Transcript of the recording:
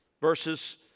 verses